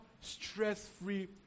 stress-free